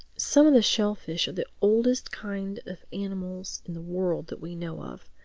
some of the shellfish are the oldest kind of animals in the world that we know of.